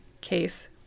case